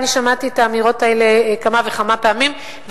אני שמעתי את האמירות האלה כמה וכמה פעמים,